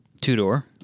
two-door